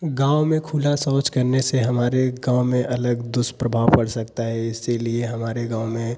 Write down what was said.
गाँव में खुला शौच करने से हमारे गाँव में अलग दुष्प्रभाव पड़ सकता है इसीलिए हमारे गाँव में